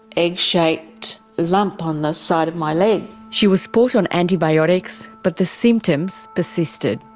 egg-shaped lump on the side of my leg. she was put on antibiotics, but the symptoms persisted.